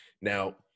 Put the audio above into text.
Now